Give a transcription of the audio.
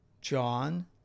John